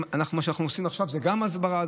מה שאנחנו עושים עכשיו זה גם הסברה,